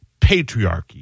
patriarchy